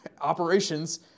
operations